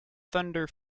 thunder